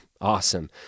Awesome